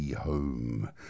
home